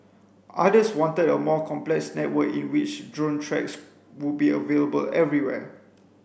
others wanted a more complex network in which drone tracks would be available everywhere